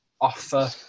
offer